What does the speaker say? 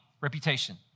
Reputation